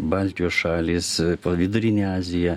baltijos šalys po vidurinę aziją